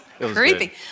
creepy